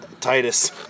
Titus